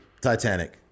Titanic